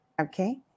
Okay